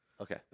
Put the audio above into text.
Okay